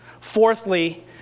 Fourthly